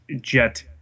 jet